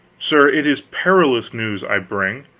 sir, it is parlous news i bring,